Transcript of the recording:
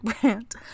brand